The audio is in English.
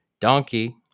Donkey